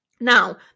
Now